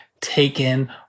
taken